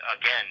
again